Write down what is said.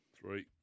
three